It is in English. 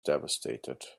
devastated